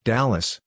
Dallas